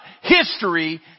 history